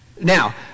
Now